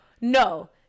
no